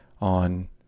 on